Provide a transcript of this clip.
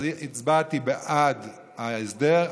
אז הצבעתי בעד ההסדר.